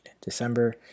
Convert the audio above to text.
December